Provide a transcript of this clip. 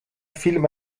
film